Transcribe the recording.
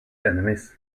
enemies